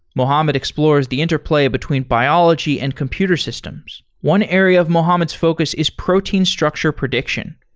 mohammed explores the interplay between biology and computer systems. one area of mohammed's focus is protein structure prediction.